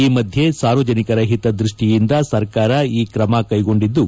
ಈ ಮಧ್ಯೆ ಸಾರ್ವಜನಿಕರ ಹಿತದ್ವಷ್ಟಿಯಿಂದ ಸರ್ಕಾರ ಈ ಕ್ರಮ ಕ್ಲೆಗೊಂಡಿದ್ದು